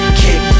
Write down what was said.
kick